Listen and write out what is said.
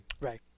Right